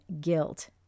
guilt